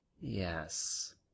Yes